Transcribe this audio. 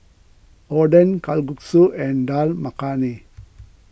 Oden Kalguksu and Dal Makhani